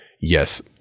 Yes